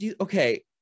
Okay